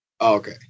Okay